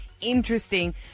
interesting